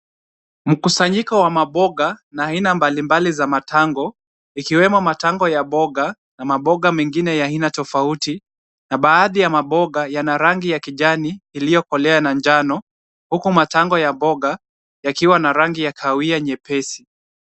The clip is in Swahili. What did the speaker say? Mkusanyiko wa maboga na aina mbalimbali za matango, ikiwemo matango ya boga na maboga mengine ya aina tofauti, Na baadhi ya maboga yana rangi ya kijani iliyokolea na njano, huku matango ya boga yakiwa na rangi ya kahawia nyepesi.